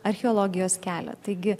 archeologijos kelią taigi